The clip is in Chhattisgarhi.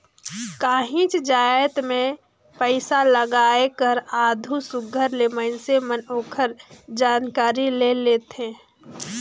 काहींच जाएत में पइसालगाए कर आघु सुग्घर ले मइनसे मन ओकर जानकारी ले लेहें